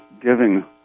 giving